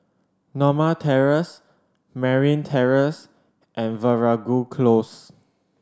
Norma Terrace Merryn Terrace and Veeragoo Close